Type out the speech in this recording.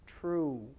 true